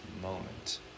moment